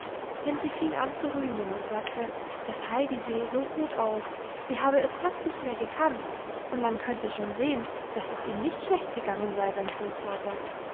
denn sie fing an zu rühmen und sagte das heidi sehe so gut aus sie habe es fast nicht mehr gekannt und man könne schon sehen dass es ihm nicht schlecht gegangen sei beim großvater